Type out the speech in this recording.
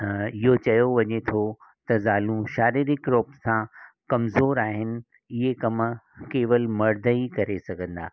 त इहो चयो वञे थो त ज़ालूं शारीरिक रूप सां कमज़ोर आहिनि इहे कम केवल मर्द ई करे सघंदा